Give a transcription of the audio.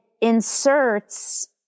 inserts